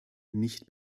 nicht